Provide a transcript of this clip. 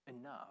enough